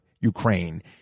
Ukraine